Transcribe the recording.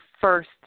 first